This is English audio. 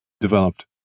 developed